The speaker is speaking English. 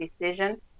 decision